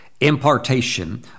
impartation